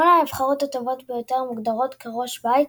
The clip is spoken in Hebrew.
שמונה הנבחרות הטובות ביותר מוגדרות כראש בית,